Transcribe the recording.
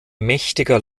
mächtiger